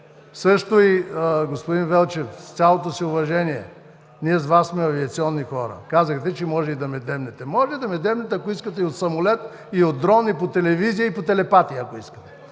Също и, господин Велчев, с цялото си уважение – ние с Вас сме авиационни хора, казах Ви, че може и да ме дебнете. Може да ме дебнете, ако искате, и от самолет, и от дрон, и по телевизия, и по телепатия – ако искате!